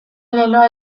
leloa